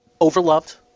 Overloved